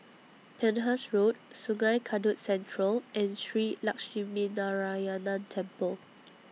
Penhas Road Sungei Kadut Central and Shree Lakshminarayanan Temple